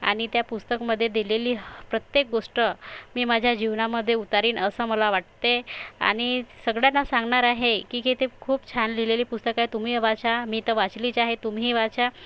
आणि त्या पुस्तकामध्ये दिलेली प्रत्येक गोष्ट मी माझ्या जीवनामध्ये उतरवीन असं मला वाटते आणि सगळयाना सांगणार आहे की के ते खूप छान लिहिलेली पुस्तक आहे तुम्ही वाचा मी तर वाचलीच आहे तुम्हीही वाचा